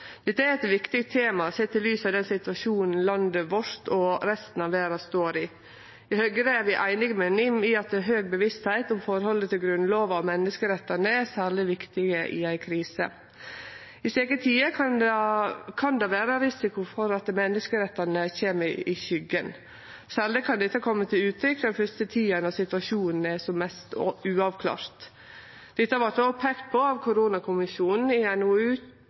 Dette er eit viktig tema sett i lys av den situasjonen landet vårt og resten av verda står i. I Høgre er vi einige med NIM i at høg bevisstheit om forholdet til Grunnlova og menneskerettane er særleg viktig i ei krise. I slike tider kan det vere ein risiko for at menneskerettane kjem i skuggen. Særleg kan dette kome til uttrykk den første tida når situasjonen er mest uavklart. Dette vart det også peikt på av koronakommisjonen i